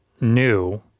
new